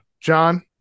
John